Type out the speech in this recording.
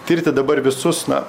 tirti dabar visus na